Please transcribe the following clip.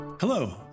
Hello